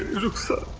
ruksaar!